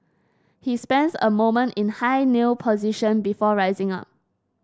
he spends a moment in high kneel position before rising up